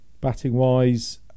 Batting-wise